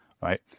right